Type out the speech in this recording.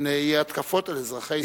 מפני התקפות על אזרחי ישראל.